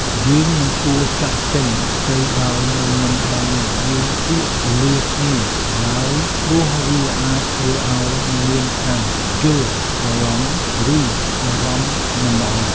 យើងមិនគួរចាកចេញទៅដោយមិនបាននិយាយពាក្យលាគ្នាឡើយព្រោះវាអាចធ្វើឱ្យមានការយល់ច្រឡំឬអារម្មណ៍មិនល្អ។